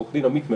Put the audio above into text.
עו"ד עמית מררי,